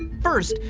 first,